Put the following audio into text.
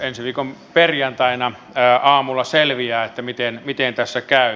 ensi viikon perjantaina aamulla selviää miten tässä käy